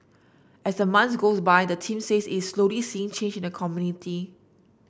as the months go by the team says it's slowly seeing change in the community